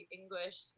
english